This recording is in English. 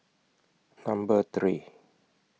Number three